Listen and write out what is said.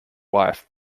wife